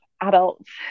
adults